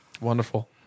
Wonderful